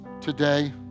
today